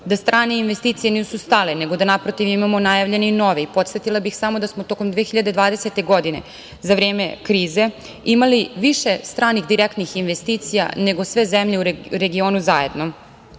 da strane investicije nisu stale, nego da naprotiv, imamo najavljene i nove. Podsetila bih samo da smo tokom 2020. godine, za vreme krize imali više stranih direktnih investicija, nego sve zemlje u regionu zajedno.